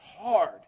hard